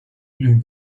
blue